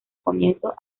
comienzos